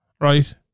Right